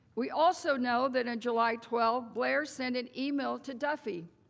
we also know that on july twelve, blair sent an email to duffey,